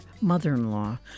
mother-in-law